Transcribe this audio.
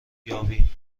یابیم